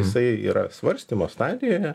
jisai yra svarstymo stadijoje